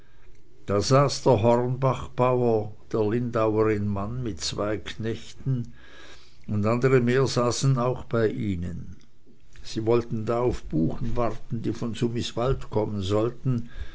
hornbachbauer der lindauerin mann mit zwei knechten und andere mehr saßen auch bei ihnen sie wollten da auf buchen warten die von sumiswald kommen sollten